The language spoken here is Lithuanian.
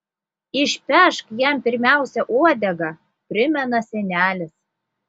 išpešk jam pirmiausia uodegą primena senelis